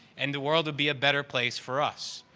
and the world would be a better place for us.